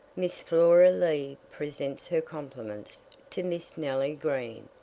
miss flora lee presents her compliments to miss nellie green,